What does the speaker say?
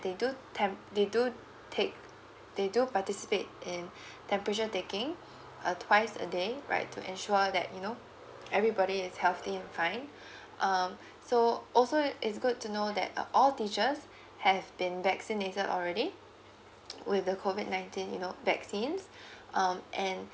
they do tem~ they do take they do participate in temperature taking uh twice a day right to ensure that you know everybody is healthy and fine um so also it is good to know that uh all teachers have been vaccinated already with the COVID nineteen you know vaccines um and